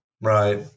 Right